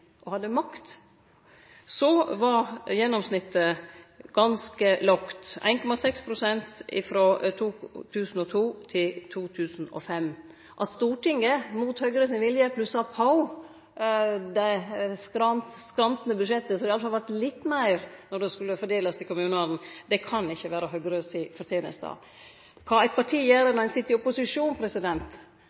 og hadde makt, var gjennomsnittet ganske lågt: 1,6 pst. frå 2002 til 2005. At Stortinget, mot Høgre sin vilje, plussa på dei skrantne budsjetta så det i alle fall vart litt meir når det skulle fordelast til kommunane, kan ikkje vere Høgre si forteneste. Kva eit parti gjer når det sit i opposisjon,